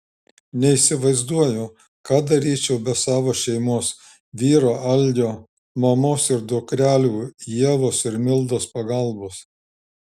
neįsivaizduoju ką daryčiau be savo šeimos vyro algio mamos ir dukrelių ievos ir mildos pagalbos